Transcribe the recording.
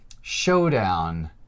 Showdown